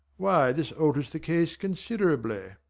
why, this alters the case considerably.